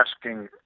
asking